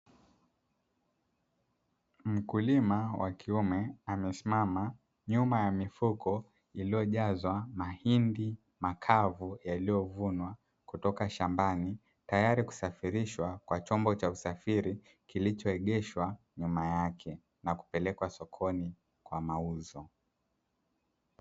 Mkulima wa kiume amesimama nyuma ya mifuko iliyojazwa mahindi makavu, yaliyovunwa kutoka shambani, tayari kusafirishwa Kwa chombo cha usafiri kilichoegeshwa nyuma yake na kupelekwa sokoni kwa mauzo.